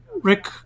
Rick